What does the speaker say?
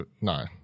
No